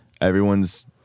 everyone's